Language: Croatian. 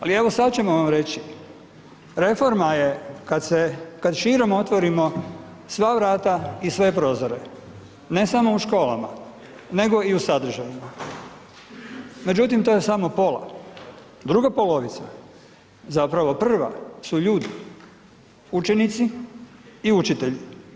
Ali evo sad ćemo vam reći, reforma je kad širom otvorimo sva vrata i sve prozore, ne samo u školama nego i u sadržajima, međutim to je samo pola, druga polovica, zapravo prva su ljudi, učenici i učitelji.